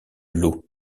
l’eau